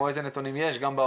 או איזה נתונים יש בעולם